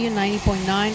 90.9